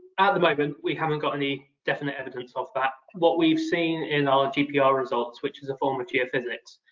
at the moment, we haven't got any definite evidence of that. what we've seen in our gpr results, which is a form of geophysics,